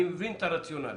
אני מבין את הרציונל,